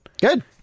Good